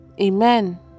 amen